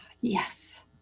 Yes